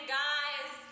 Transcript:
guys